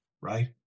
right